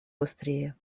быстрее